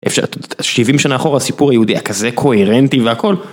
70 שנה אחורה סיפור היהודי היה כזה קוהרנטי והכל.